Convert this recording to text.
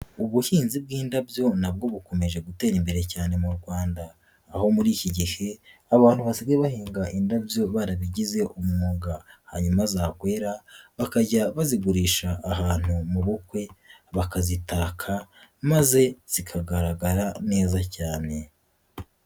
Ubuhinzi bw'indabyo na bwo bukomeje gutera imbere cyane mu Rwanda, aho muri iki gihe abantu basigaye bahinga indabyo barabigize umwuga hanyuma zakwera bakajya bazigurisha ahantu mu bukwe bakazitaka maze zikagaragara neza cyane.